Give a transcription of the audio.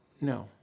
No